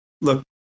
Look